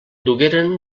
dugueren